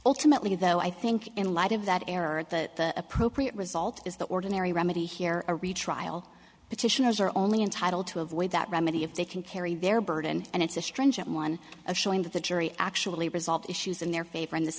ultimately though i think in light of that error the appropriate result is the ordinary remedy here a retrial petitioners are only entitled to avoid that remedy if they can carry their burden and it's a stringent one of showing that the jury actually resolved issues in their favor in this